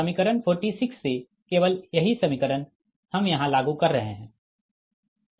समीकरण 46 से केवल यही समीकरण हम यहाँ लागू कर रहे है